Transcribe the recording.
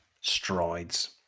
strides